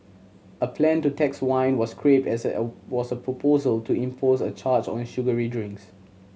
a plan to tax wine was scrapped as was a proposal to impose a charge on sugary drinks